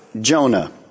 Jonah